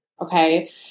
Okay